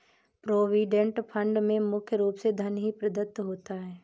provident fund में मुख्य रूप से धन ही प्रदत्त होता है